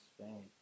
Spain